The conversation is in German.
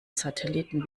satelliten